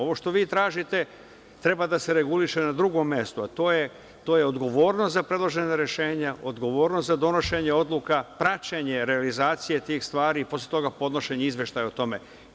Ovo što vi tražite, treba da se reguliše na drugom mestu, a to je odgovornost za predložena rešenja, odgovornost za donošenje odluka, praćenje realizacije tih stvari i posle toga podnošenje izveštaja o tome.